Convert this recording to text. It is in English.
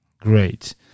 Great